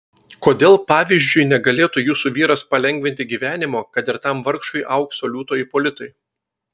kodėl pavyzdžiui negalėtų jūsų vyras palengvinti gyvenimo kad ir tam vargšui aukso liūto ipolitui